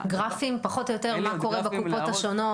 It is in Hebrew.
גרפים, פחות או יותר, מה קורה בקופות השונות?